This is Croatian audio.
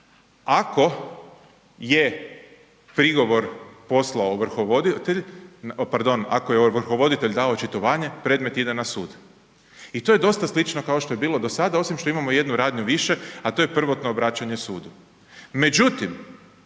Ako je prigovor poslao ovrhovoditelj, pardon, ako je ovrhovoditelj dao očitovanje, predmet ide na sud i to je dosta slično kao što je bilo do sada osim što imamo jednu radnju više a to je prvotno obraćanje sudu.